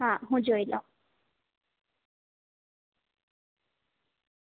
હા હું જોઈ લઉં